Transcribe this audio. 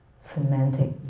semantic